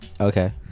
okay